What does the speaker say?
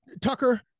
Tucker